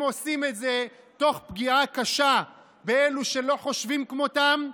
הם עושים את זה תוך פגיעה קשה באלה שלא חושבים כמותם,